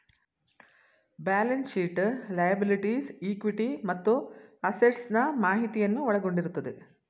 balance sheet liabilities, equity ಮತ್ತು assets ನಾ ಮಾಹಿತಿಯನ್ನು ಒಳಗೊಂಡಿರುತ್ತದೆ